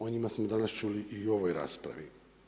O njima smo danas čuli i u ovoj raspravi.